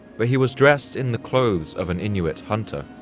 but he was dressed in the clothes of an inuit hunter.